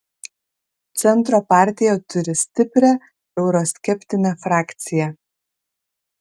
centro partija turi stiprią euroskeptinę frakciją